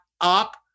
up